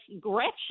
Gretchen